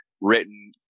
written